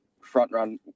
front-run